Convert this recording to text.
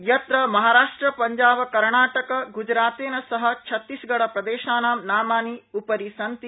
यत्र महाराष्ट्र पंजाब कर्णाटक ग्जरातेन सह छत्तीसगढप्रदेशानां नामानि उपरि सन्ति